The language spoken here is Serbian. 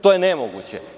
To je nemoguće.